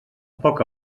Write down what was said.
poc